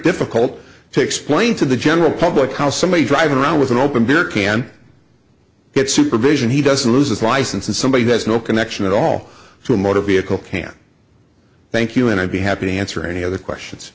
difficult to explain to the general public on somebody driving around with an open beer can get supervision he doesn't lose his license and somebody who has no connection at all to a motor vehicle can thank you and i'd be happy to answer any other questions